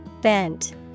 Bent